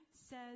says